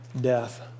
death